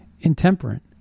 intemperate